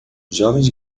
jovens